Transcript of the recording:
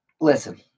listen